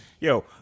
Yo